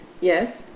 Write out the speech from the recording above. Yes